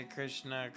Krishna